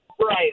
Right